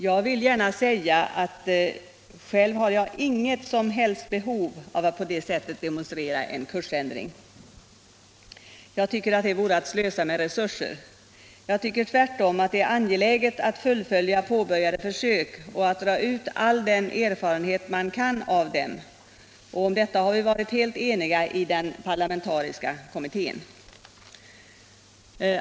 Jag vill gärna framhålla att jag själv inte har något som helst behov av att på det sättet demonstrera en kursändring — detta vore att slösa med resurser. Jag tycker tvärtom att det är angeläget att fullfölja påbörjade försök och att dra ut all den erfarenhet man kan av dem. Om detta har vi varit helt eniga i den parlamentariska kommittén.